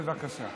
בבקשה.